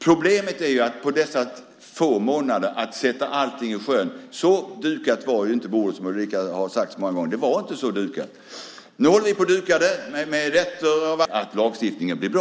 Problemet är att sätta allt i sjön på dessa få månader. Så dukat var inte bordet, som Ulrika har sagt. Nu dukar vi det med rätter av alla slag och med stor noggrannhet så att lagstiftningen blir bra.